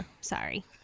Sorry